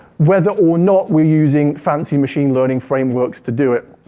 whether or not we're using fancy machine learning frameworks to do it.